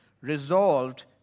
resolved